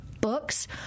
books